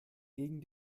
gegen